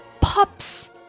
pups